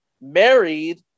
married